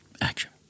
Action